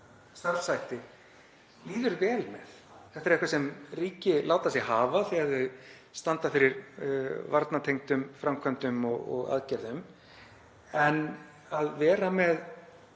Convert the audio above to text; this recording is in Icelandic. starfshætti líður vel með. Þetta er eitthvað sem ríki láta sig hafa þegar þau standa fyrir varnartengdum framkvæmdum og aðgerðum, en að vera með